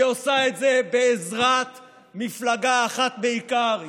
והיא עושה את זה בעזרת מפלגה אחת בעיקר,